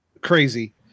crazy